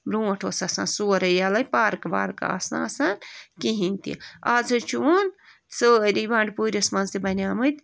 برٛونٛٹھ اوس آسان سورٕے یَلَے پارکہٕ وارکہٕ آس نہٕ آسان کِہیٖنۍ تہِ آز حظ چھُ وُن سٲری بنڈپوٗرِس منٛز تہِ بَنیمٕتۍ